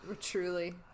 Truly